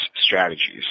strategies